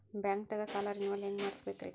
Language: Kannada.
ಬ್ಯಾಂಕ್ದಾಗ ಸಾಲ ರೇನೆವಲ್ ಹೆಂಗ್ ಮಾಡ್ಸಬೇಕರಿ?